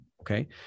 okay